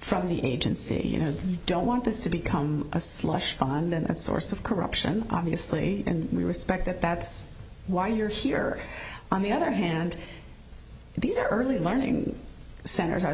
from the agency you know you don't want this to become a slush fund and source of corruption obviously and we respect that that's why you're here on the other hand these are early learning centers are